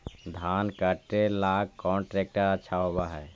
धान कटे ला कौन ट्रैक्टर अच्छा होबा है?